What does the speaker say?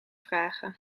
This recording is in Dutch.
vragen